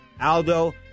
Aldo